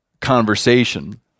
conversation